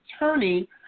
attorney